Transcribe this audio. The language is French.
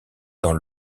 dans